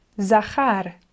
Zachar